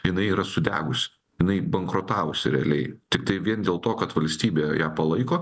jinai yra sudegus jinai bankrutavusi realiai tiktai vien dėl to kad valstybė ją palaiko